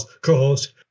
co-host